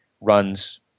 runs